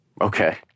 okay